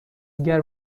دیگر